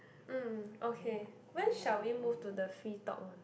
um okay when shall we move to the free talk one